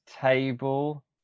table